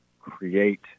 create